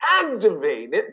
activated